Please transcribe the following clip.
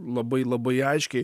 labai labai aiškiai